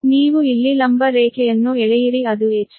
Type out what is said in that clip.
ನೀವು ಇಲ್ಲಿ ಲಂಬ ರೇಖೆಯನ್ನು ಎಳೆಯಿರಿ ಅದು h